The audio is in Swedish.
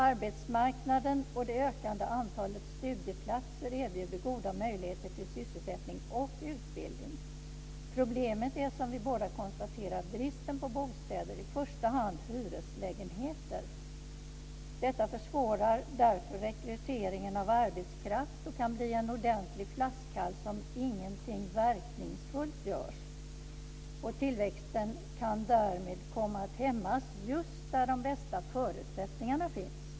Arbetsmarknaden och det ökande antalet studieplatser erbjuder goda möjligheter till sysselsättning och utbildning. Problemet är, som vi båda konstaterar, bristen på bostäder, i första hand hyreslägenheter. Detta försvårar därför rekryteringen av arbetskraft och kan bli en ordentlig flaskhals om ingenting verkningsfullt görs. Tillväxten kan därmed komma att hämmas just där de bästa förutsättningarna finns.